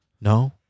no